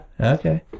Okay